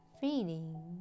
feeling